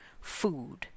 food